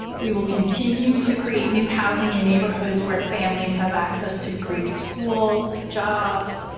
we will continue to create new housing in neighborhoods where families have access to great schools, jobs,